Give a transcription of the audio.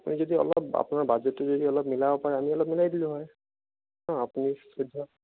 আপুনি যদি অলপ আপোনাৰ বাজেটতো যদি অলপ মিলাব পাৰে আমি অলপ মিলাই দিলো হয় আপুনি